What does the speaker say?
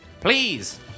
Please